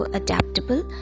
adaptable